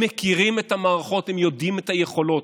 הם מכירים את המערכות, הם יודעים את היכולות.